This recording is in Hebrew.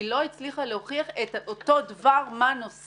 היא לא הצליחה להוכיח את אותו דבר מה נוסף